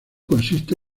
consiste